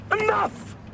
Enough